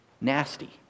nasty